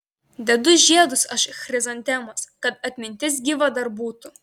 dedu žiedus aš chrizantemos kad atmintis gyva dar būtų